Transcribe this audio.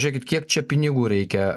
žiūrėkit kiek čia pinigų reikia